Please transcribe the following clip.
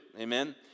Amen